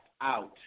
out